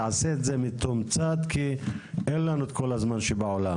תעשה את זה מתומצת כי אין לנו את כל הזמן שבעולם.